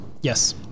Yes